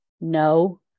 no